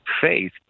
faith